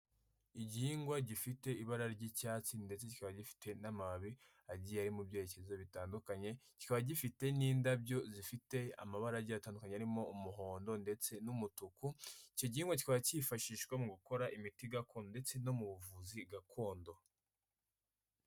Igihingwa gifite ibara ry'icyatsi ndetse kikaba gifite n'amababi agiye ari mu byerekezo bitandukanye kikaba gifite n'indabyo zifite amabara agiye atandukanye arimo umuhondo ndetse n'umutuku icyo gihingwa kikaba cyifashishwa mu gukora imiti gakondo ndetse no mu buvuzi gakondo.